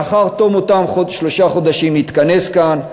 לאחר תום אותם שלושה חודשים נתכנס כאן,